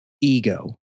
ego